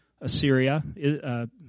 Assyria